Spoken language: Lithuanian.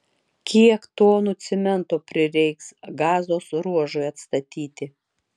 kiek tonų cemento prireiks gazos ruožui atstatyti